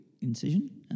incision